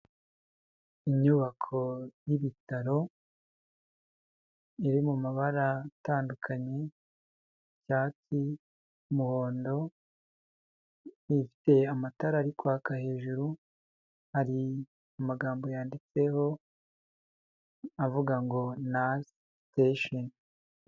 Inyubako y'ibitaro iri mu mabara atandukanye icyatsi, umuhondo igiye ifite amatara ari kwaka hejuru, hari amagambo yanditseho avuga ngo nasi sitesheni.